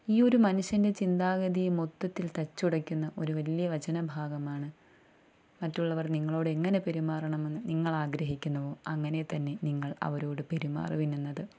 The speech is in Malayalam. ഈ ഒരു മനുഷ്യൻ്റെ ചിന്താഗതിയെ മൊത്തത്തിൽ തച്ചുടക്കുന്ന ഒരു വലിയ വചന ഭാഗമാണ് മറ്റുള്ളവർ നിങ്ങളോട് എങ്ങനെ പെരുമാറണമെന്നു നിങ്ങൾ ആഗ്രഹിക്കുന്നുവോ അങ്ങനെതന്നെ നിങ്ങൾ അവരോടു പെരുമാറുവിൻ എന്നത്